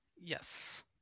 Yes